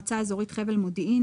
מועצה אזורית חבל מודיעין,